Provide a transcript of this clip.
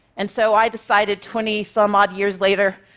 and so i decided, twenty some odd years later,